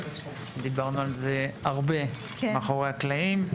דיברנו על זה הרבה מאחורי הקלעים,